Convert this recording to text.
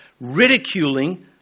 ridiculing